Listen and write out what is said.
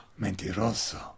Mentiroso